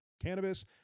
cannabis